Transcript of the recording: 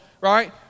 right